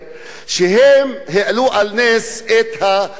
שבה העלו על נס את הפריפריה,